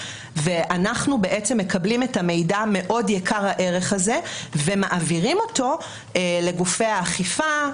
ואנחנו בעצם מקבלים את המידע יקר הערך הזה ומעבירים אותו לגופי האכיפה,